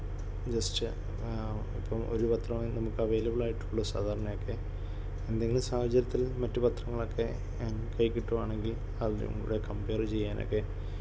just ഇപ്പം ഒരു പത്രമേ നമുക്ക് അവൈലബിൾ ആയിട്ടുള്ളൂ സാധാരണയെക്കെ എന്തെങ്കിലും സാഹചര്യത്തിൽ മറ്റു പത്രങ്ങളൊക്കെ കയ്യിൽ കിട്ടുവാണെങ്കിൽ അതിലും കൂടെ കമ്പയർ ചെയ്യാനൊക്കെ